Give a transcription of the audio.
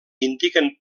indiquen